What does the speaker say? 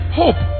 hope